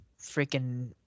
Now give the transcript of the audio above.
freaking –